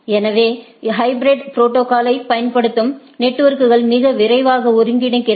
எனவே ஹைபிரிடு ப்ரோடோகால்யைப் பயன்படுத்தும் நெட்வொர்க்குகள் மிக விரைவாக ஒன்றிணைகிறது